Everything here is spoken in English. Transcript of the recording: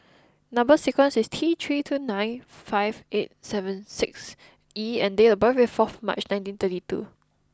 number sequence is T three two nine five eight seven six E and date of birth is four March nineteen thirty two